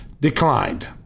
declined